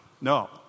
No